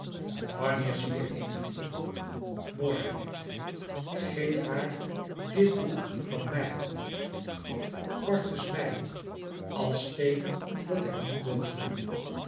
wanneer zie je emilie morgen geef haar dit boek van mij gorters mei als teeken dat ik niet boos ben